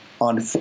on